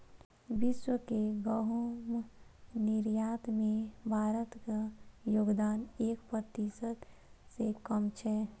विश्व के गहूम निर्यात मे भारतक योगदान एक प्रतिशत सं कम छै